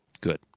Good